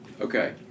Okay